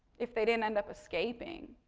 if they didn't end up escaping,